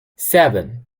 seven